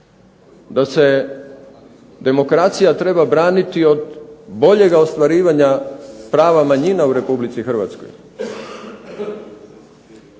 da se demokracija treba braniti od boljega ostvarivanja prava manjina u RH i ako